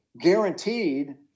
guaranteed